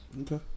Okay